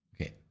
Okay